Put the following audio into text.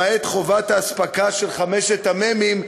למעט חובת האספקה של חמשת המ"מים,